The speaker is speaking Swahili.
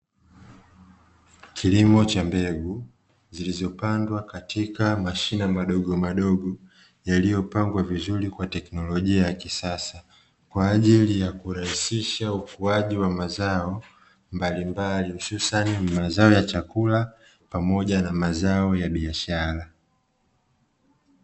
Kilimo cha mbegu zilizopandwa katika mashina madogomadogo, yaliyopangwa vizuri kwa teknolojia ya kisasa kwa ajili ya kurahisisha ukuaji wa mazao mbalimbali hususani mazao ya chakula pamoja na mazao ya biashara.